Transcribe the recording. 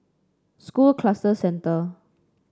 School Cluster Centre